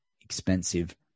expensive